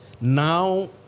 now